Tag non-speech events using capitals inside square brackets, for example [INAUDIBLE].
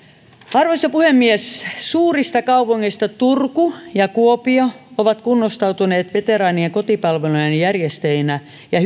arvoisa puhemies suurista kaupungeista turku ja kuopio ovat kunnostautuneet veteraanien kotipalveluiden järjestäjinä ja [UNINTELLIGIBLE]